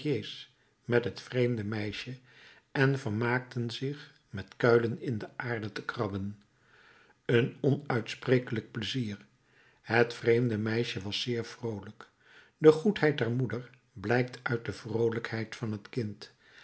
met het vreemde meisje en vermaakten zich met kuilen in de aarde te krabben een onuitsprekelijk pleizier het vreemde meisje was zeer vroolijk de goedheid der moeder blijkt uit de vroolijkheid van het kind